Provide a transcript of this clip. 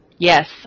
Yes